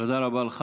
תודה רבה לך.